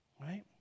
Right